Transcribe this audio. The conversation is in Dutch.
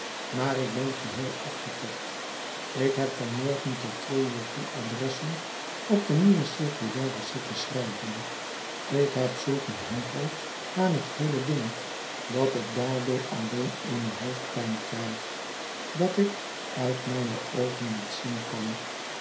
maar ik ben geheel afgetobd ik heb van morgen tot twee uur toe adressen op de nieuwe circulaires zitten schrijven ik heb zulk een hekel aan het heele ding dat ik daardoor alleen eene hoofdpijn krijg dat ik uit mijne oogen niet zien kan